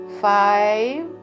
five